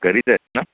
घरीच आहेस ना